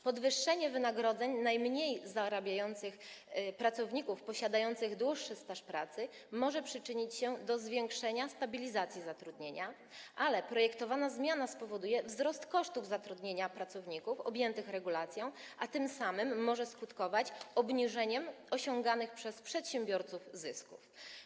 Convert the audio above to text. Podwyższenie wynagrodzeń najmniej zarabiających pracowników posiadających dłuższy staż pracy może przyczynić się do zwiększenia stabilizacji zatrudnienia, ale projektowana zmiana spowoduje wzrost kosztów zatrudnienia pracowników objętych regulacją, a tym samym może skutkować obniżeniem osiąganych przez przedsiębiorców zysków.